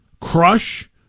crush